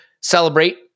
celebrate